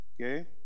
okay